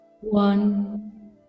one